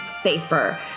safer